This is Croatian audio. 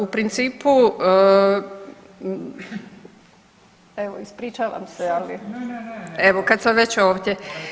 U principu evo ispričavam se, ali [[Upadica: Ne, ne, ne.]] kad sam već ovdje.